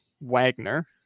Wagner